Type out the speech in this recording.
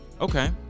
Okay